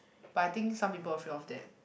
but I think some people afraid of that